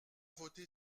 voter